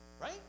right